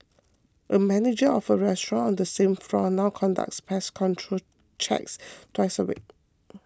a manager of a restaurant on the same floor now conducts pest control checks twice a week